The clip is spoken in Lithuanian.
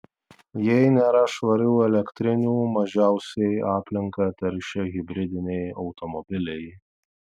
jei nėra švarių elektrinių mažiausiai aplinką teršia hibridiniai automobiliai